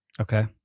Okay